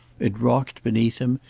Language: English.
it rocked beneath him,